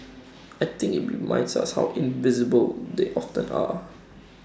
I think IT reminds us how invisible they often are